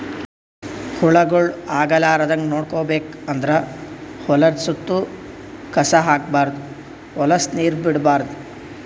ಹುಳಗೊಳ್ ಆಗಲಾರದಂಗ್ ನೋಡ್ಕೋಬೇಕ್ ಅಂದ್ರ ಹೊಲದ್ದ್ ಸುತ್ತ ಕಸ ಹಾಕ್ಬಾರ್ದ್ ಹೊಲಸ್ ನೀರ್ ಬಿಡ್ಬಾರ್ದ್